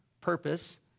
purpose